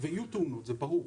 יהיו תאונות, וזה ברור.